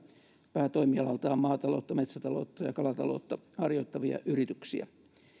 päätoimialaltaan maataloutta metsätaloutta ja kalataloutta harjoittavia yrityksiä